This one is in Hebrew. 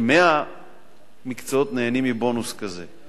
כ-100 מקצועות שנהנו מבונוס כזה.